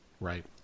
Right